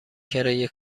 کرایه